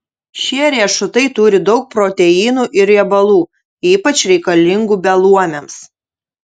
šie riešutai turi daug proteinų ir riebalų ypač reikalingų beluomiams